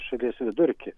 šalies vidurkį